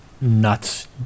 nuts